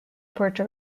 puerto